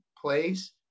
place